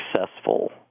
successful